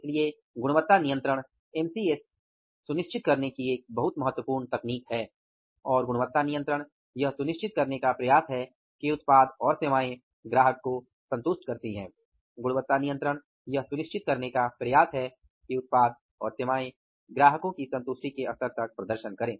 इसलिए गुणवत्ता नियंत्रण एमसीएस सुनिश्चित करने की एक बहुत महत्वपूर्ण तकनीक है और गुणवत्ता नियंत्रण यह सुनिश्चित करने का प्रयास है कि उत्पाद और सेवाएं ग्राहक को संतुष्ट करती हैं गुणवत्ता नियंत्रण यह सुनिश्चित करने का प्रयास है कि उत्पाद और सेवाएं ग्राहक की संतुष्टि के स्तर तक प्रदर्शन करें